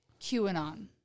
QAnon